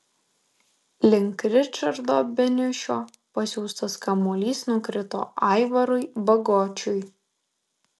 link ričardo beniušio pasiųstas kamuolys nukrito aivarui bagočiui